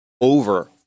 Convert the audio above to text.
over